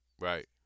Right